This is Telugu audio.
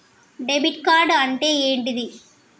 డెబిట్ కార్డ్ అంటే ఏంటిది?